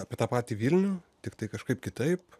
apie tą patį vilnių tiktai kažkaip kitaip